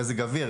מזג אוויר?